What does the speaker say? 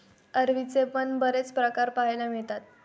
अरवीचे पण बरेच प्रकार पाहायला मिळतात